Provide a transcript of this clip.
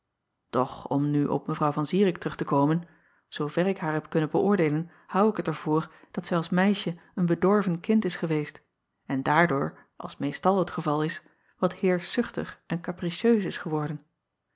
och om nu op evrouw an irik terug te komen zoover ik haar heb kunnen beöordeelen hou ik het er voor dat zij als meisje een bedorven kind is geweest en daardoor als meestal het geval is wat heerschzuchtig en kapricieus is geworden